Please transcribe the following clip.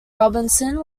robinson